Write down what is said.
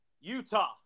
Utah